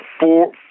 four